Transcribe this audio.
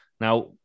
Now